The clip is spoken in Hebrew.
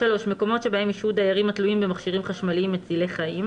(3) מקומות שבהם ישהו דיירים התלויים במכשירים חשמליים מצילי חיים,